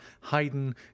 haydn